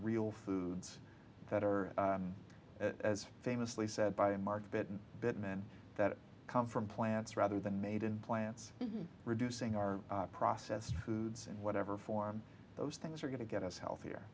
real foods that are as famously said by market bittman that come from plants rather than made in plants reducing our processed foods and whatever form those things are going to get us healthier